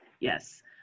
Yes